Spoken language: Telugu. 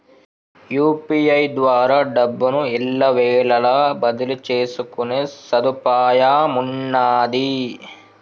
యూ.పీ.ఐ ద్వారా డబ్బును ఎల్లవేళలా బదిలీ చేసుకునే సదుపాయమున్నాది